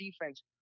defense